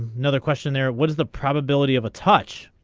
another question there what is the probability of a touch.